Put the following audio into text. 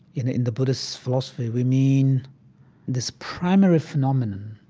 in the buddhist philosophy, we mean this primary phenomenon